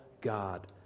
God